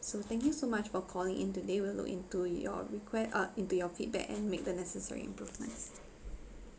so thank you so much for calling in today we'll look into your reque~ uh into your feedback and make the necessary improvement